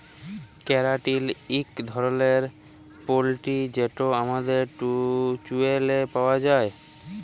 ক্যারাটিল ইক ধরলের পোটিল যেট আমাদের চুইলে পাউয়া যায়